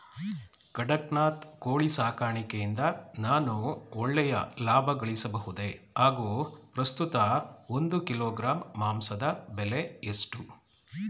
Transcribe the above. ಕಡಕ್ನಾತ್ ಕೋಳಿ ಸಾಕಾಣಿಕೆಯಿಂದ ನಾನು ಒಳ್ಳೆಯ ಲಾಭಗಳಿಸಬಹುದೇ ಹಾಗು ಪ್ರಸ್ತುತ ಒಂದು ಕಿಲೋಗ್ರಾಂ ಮಾಂಸದ ಬೆಲೆ ಎಷ್ಟು?